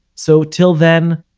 so till then,